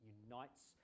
unites